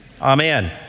amen